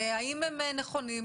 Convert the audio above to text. האם הם נכונים,